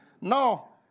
No